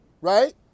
right